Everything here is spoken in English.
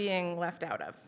being left out of